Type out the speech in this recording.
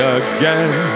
again